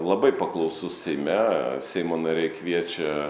labai paklausus seime seimo nariai kviečia